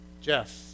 Jeff